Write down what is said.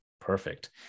Perfect